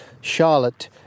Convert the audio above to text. Charlotte